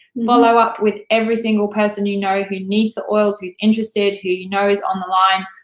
follow up with every single person you know who needs the oils, who's interested, who you know is on the line,